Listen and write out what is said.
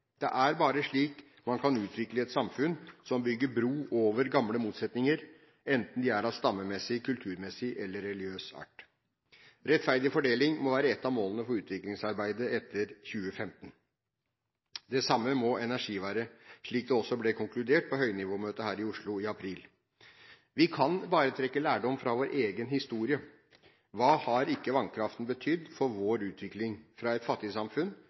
Det er bare slik man kan utvikle et samfunn som bygger bro over gamle motsetninger, enten de er av stammemessig, kulturmessig eller religiøs art. Rettferdig fordeling må være ett av målene for utviklingsarbeidet etter 2015. Det samme må energi være, slik det også ble konkludert med på høynivåmøtet her i Oslo i april. Vi kan bare trekke lærdom fra vår egen historie: Hva har ikke vannkraften betydd for vår utvikling fra et